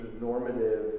normative